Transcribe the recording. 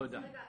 תודה.